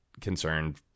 concerned